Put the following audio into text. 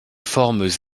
formes